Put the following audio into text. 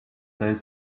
they